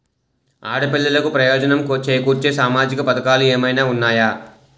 ఆడపిల్లలకు ప్రయోజనం చేకూర్చే సామాజిక పథకాలు ఏమైనా ఉన్నాయా?